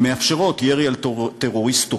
שמאפשרות ירי על הטרוריסט התוקף,